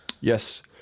Yes